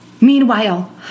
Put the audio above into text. Meanwhile